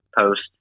post